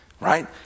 Right